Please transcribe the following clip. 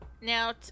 Now